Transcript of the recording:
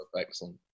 excellent